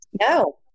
No